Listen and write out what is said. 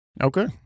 Okay